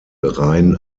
rain